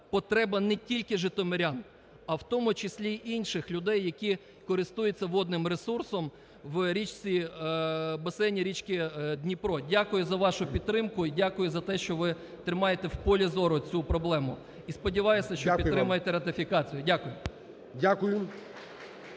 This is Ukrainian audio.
потреба не тільки житомирян, а в тому числі і інших людей, які користуються водним ресурсом в річці… в басейні річки Дніпро. Дякую за вашу підтримку і дякую за те, що ви тримаєте в полі зору цю проблему. І сподіваюся, що ви підтримаєте ратифікацію. Дякую.